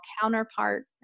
counterpart